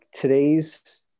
today's